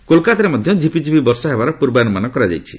କୋଲକାତାରେ ମଧ୍ୟ ଝିପିଝିପି ବର୍ଷା ହେବାର ପୂର୍ବାନୁମାନ କରାଯାଇଛି